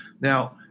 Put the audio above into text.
Now